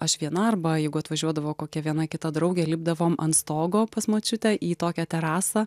aš viena arba jeigu atvažiuodavo kokia viena kita draugė lipdavom ant stogo pas močiutę į tokią terasą